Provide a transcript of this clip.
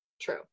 True